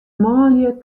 manlju